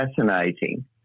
fascinating